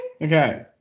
okay